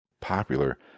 popular